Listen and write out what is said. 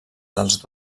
dels